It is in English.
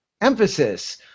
emphasis